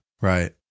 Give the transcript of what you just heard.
Right